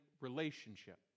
relationship